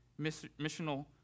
missional